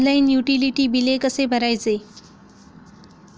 Online utility बिले कसे भरायचे?